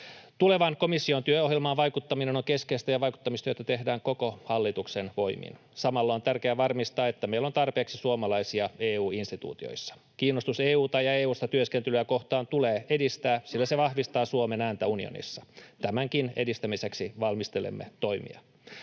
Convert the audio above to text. Tulevan komission työohjelmaan vaikuttaminen on keskeistä, ja vaikuttamistyötä tehdään koko hallituksen voimin. Samalla on tärkeää varmistaa, että meillä on tarpeeksi suomalaisia EU-instituutioissa. Kiinnostusta EU:ta ja EU:ssa työskentelyä kohtaan tulee edistää, sillä se vahvistaa Suomen ääntä unionissa. Tämänkin edistämiseksi valmistelemme toimia.